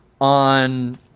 on